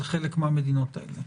על חלק מהמדינות האלה,